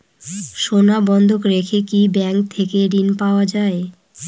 সোনা বন্ধক রেখে কি ব্যাংক থেকে ঋণ পাওয়া য়ায়?